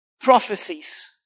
prophecies